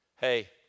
Hey